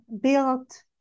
built